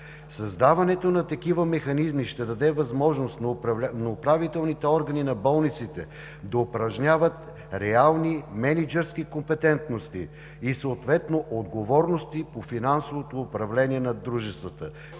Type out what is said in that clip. Създаването на такива механизми ще даде възможност на управителните органи на болниците да упражняват реални мениджърски компетентности и съответно отговорности по финансовото управление на дружествата,